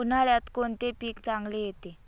उन्हाळ्यात कोणते पीक चांगले येते?